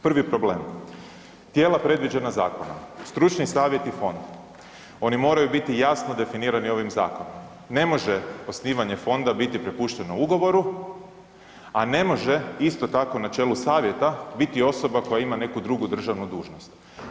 Prvi problem, tijela predviđena zakonom, stručni savjetni fond, oni moraju biti jasno definirani ovim zakonom, ne može osnivanje fonda biti prepušteno ugovoru, a ne može isto tako na čelu savjeta biti osoba koja ima neku drugu državnu dužnost.